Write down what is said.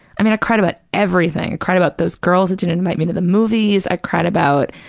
i mean, i cried about everything. i cried about those girls who didn't invite me to the movies. i cried about,